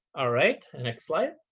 all right, next slide.